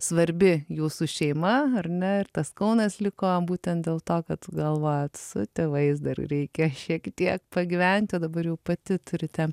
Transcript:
svarbi jūsų šeima ar ne ir tas kaunas liko būtent dėl to kad galvojat su tėvais dar reikia šiek tiek pagyventi o dabar jau pati turite